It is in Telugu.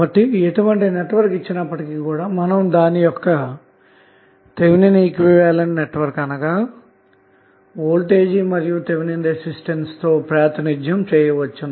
కాబట్టి ఎటువంటి నెట్వర్క్ ఇచ్చినప్పటికీ మనం దాని యొక్క థెవినిన్ ఈక్వివలెంట్ నెట్వర్క్ అనగా వోల్టేజ్ మరియు థెవినిన్ రెసిస్టెన్స్ తో సూచించవచ్చు